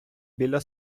біля